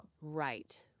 Right